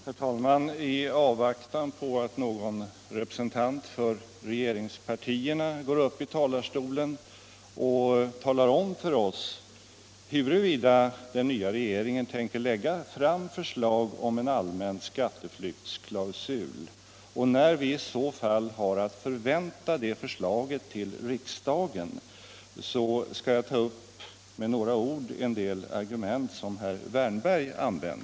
Herr talman! I avvaktan på att någon representant för regeringspartierna talar om för oss huruvida den nya regeringen tänker lägga fram förslag om en allmän skatteflyktsklausul och när vi i så fall har att förvänta det förslaget till riksdagen, skall jag med några ord ta upp en del argument som herr Wärnberg här använde.